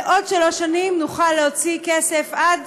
עוד שלוש שנים נוכל להוציא כסף עד